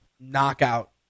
knockout